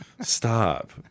Stop